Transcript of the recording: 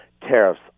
tariffs